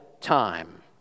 time